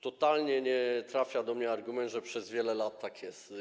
Totalnie nie trafia do mnie argument, że od wielu lat tak jest.